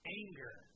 anger